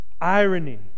irony